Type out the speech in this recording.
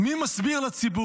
מי מסביר לציבור?